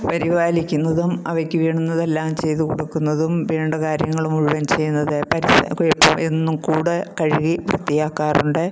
പരിപാലിക്കുന്നതും അവയ്ക്ക് വേണ്ടുന്നതെല്ലാം ചെയ്തു കൊടുക്കുന്നതും വേണ്ട കാര്യങ്ങൾ മുഴുവൻ ചെയ്യുന്നത് എന്നും കൂട് കഴുകി വൃത്തിയാക്കാറുണ്ട്